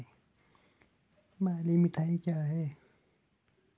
बलुई मिट्टी क्या है?